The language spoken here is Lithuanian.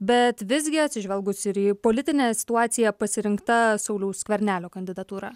bet visgi atsižvelgus ir į politinę situaciją pasirinkta sauliaus skvernelio kandidatūra